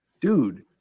dude